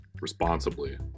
Responsibly